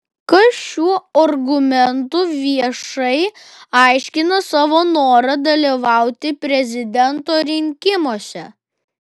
kas šiuo argumentu viešai aiškina savo norą dalyvauti prezidento rinkimuose